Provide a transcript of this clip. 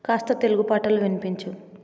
కాస్త తెలుగు పాటలు వినిపించు